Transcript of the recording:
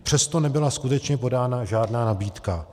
Přesto nebyla skutečně podána žádná nabídka.